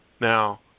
Now